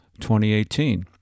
2018